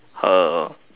her